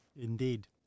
Indeed